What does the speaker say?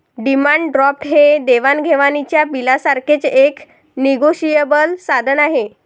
demand draft हे देवाण घेवाणीच्या बिलासारखेच एक निगोशिएबल साधन आहे